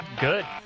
Good